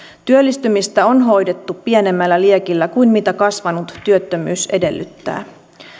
työllistymistä on hoidettu pienemmällä liekillä kuin mitä kasvanut työttömyys edellyttää